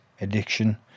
addiction